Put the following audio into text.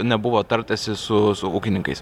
nebuvo tartasi su su ūkininkais